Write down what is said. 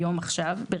היום ועכשיו.